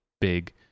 big